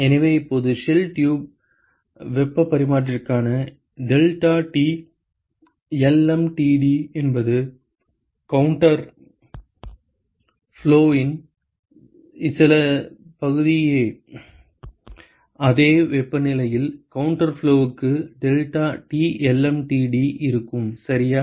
எனவே இப்போது shell tube வெப்பப் பரிமாற்றிக்கான deltaTlmtd என்பது கவுண்டர் ஃப்ளோவுக்கு இன் சில பகுதியே அதே வெப்பநிலையில் ககவுண்டர் ஃப்ளோவுக்கு deltaTlmtd இருக்கும் சரியா